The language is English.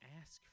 ask